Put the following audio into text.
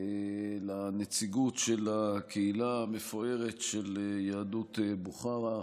לנציגות של הקהילה המפוארת של יהדות בוכרה,